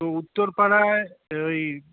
উত্তরপাড়ায় ওই